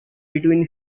between